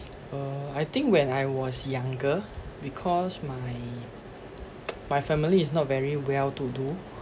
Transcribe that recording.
uh I think when I was younger because my my family is not very well to do